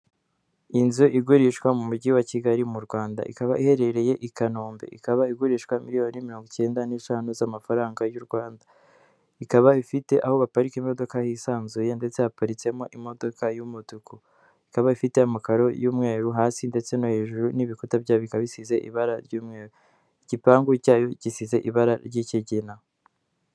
Inzu igurishwa mu mujyi wa Kigali mu Rwanda, ikaba iherereye i Kanombe, ikaba igurishwa miliyoni mirongo icyenda n'eshanu z'amafaranga y'u Rwanda. Ikaba ifite aho baparika imodoka yisanzuye ndetse yaparitsemo imodoka y'umutuku. Ikaba ifite amakararo y'umweru hasi ndetse no hejuru n'ibikuta byabo bika bisize ibara ry'umweru, igipangu cyayo gisize ibara ry'ikigina.